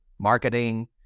marketing